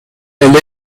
elle